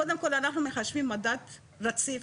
קודם כל, אנחנו מחשבים מדד רציף,